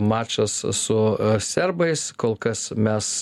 mačas su serbais kol kas mes